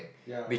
ya